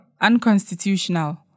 unconstitutional